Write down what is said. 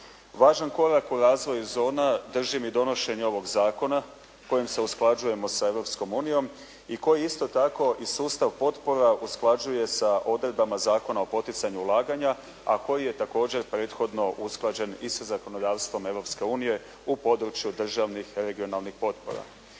Važan korak u razvoju zona držim i donošenje ovog zakona kojim se usklađujemo sa Europskom unijom i koji isto tako i sustav potpora usklađuje sa odredbama Zakona o poticanju ulaganja a koji je također prethodno usklađen i sa zakonodavstvom Europske unije u području državnih, regionalnih potpora.